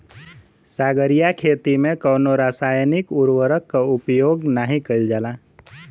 सागरीय खेती में कवनो रासायनिक उर्वरक के उपयोग नाही कईल जाला